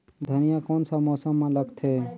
धनिया कोन सा मौसम मां लगथे?